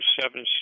seven